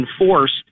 enforced